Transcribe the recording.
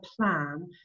plan